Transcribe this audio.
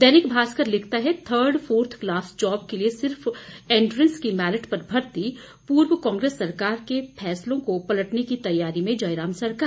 दैनिक भास्कर के लिखता है थर्ड फोर्थ कलास जॉब के लिए सिर्फ एंट्रेंस की मेरिट पर भर्ती पूर्व कांग्रेस सरकार के फैसलों को पलटने की तैयारी में जयराम सरकार